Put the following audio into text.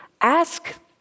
ask